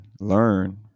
learn